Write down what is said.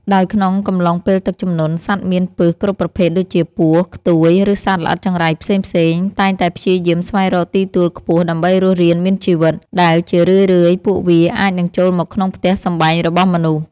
ដោយក្នុងកំឡុងពេលទឹកជំនន់ សត្វមានពិសគ្រប់ប្រភេទដូចជា ពស់ ខ្ទួយ ឬសត្វល្អិតចង្រៃផ្សេងៗ តែងតែព្យាយាមស្វែងរកទីទួលខ្ពស់ដើម្បីរស់រានមានជីវិត ដែលជារឿយៗពួកវាអាចនឹងចូលមកក្នុងផ្ទះសម្បែងរបស់មនុស្ស។